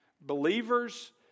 believers